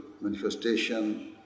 manifestation